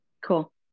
Cool